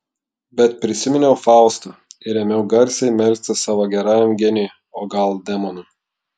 bet prisiminiau faustą ir ėmiau garsiai melstis savo gerajam genijui o gal demonui